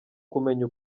kumenya